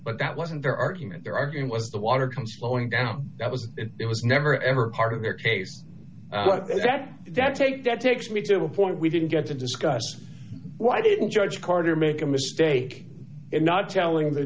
but that wasn't their argument they're arguing was the water comes going down that was it was never ever part of their case but the fact that take that takes me to a point we didn't get to discuss why didn't judge carter make a mistake in not telling the